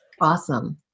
awesome